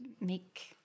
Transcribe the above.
make